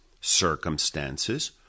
circumstances